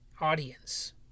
audience